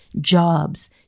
jobs